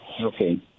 okay